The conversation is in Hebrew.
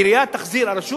הרשות